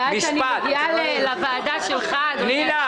עד שאני מגיעה לוועדה שלך, אדוני...